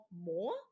more